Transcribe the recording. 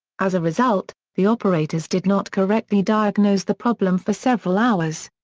as a result, the operators did not correctly diagnose the problem for several hours.